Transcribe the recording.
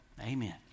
Amen